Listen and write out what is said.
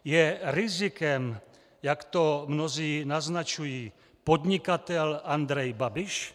Je rizikem, jak to mnozí naznačují, podnikatel Andrej Babiš?